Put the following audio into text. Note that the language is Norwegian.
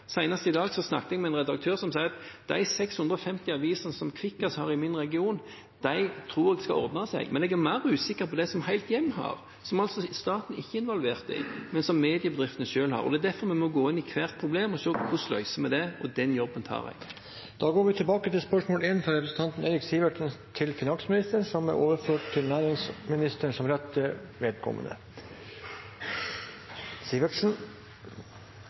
i dag snakket jeg med en redaktør som sa at de 650 avisene som Kvikkas har i sin region, tror han skal ordne seg. Jeg er mer usikker på det som Helthjem har, som staten ikke er involvert i, men som mediebedriftene selv har. Det er derfor vi må gå inn i hvert problem og se hvordan vi løser det, og den jobben tar jeg. Da går vi tilbake til spørsmål 1. Dette spørsmålet, fra representanten Eirik Sivertsen til finansministeren, er overført til næringsministeren som rette vedkommende.